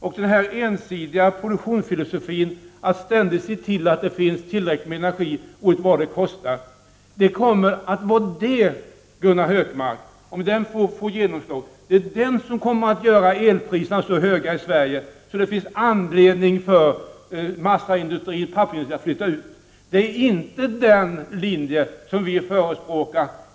Också denna ensidiga produktionsfilosofi, som innebär att man ständigt ser till att det finns tillräckligt med energi, kommer, Gunnar Hökmark, om den får genomslag, att göra elpriserna i Sverige så höga att det finns anledning för massaindustrin och pappersindustrin att flytta ut. Det är inte den linjen som vi förespråkar.